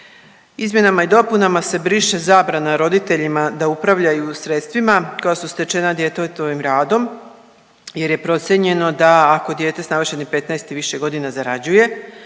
Izmjenama i dopunama se briše zabrana roditeljima da upravljaju sredstvima koja su stečena djetetovim radom jer je procijenjeno da, ako dijete s navršenih 15 i više godina zarađuje,